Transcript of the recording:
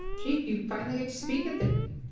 chief, you finally get to speak at the meeting.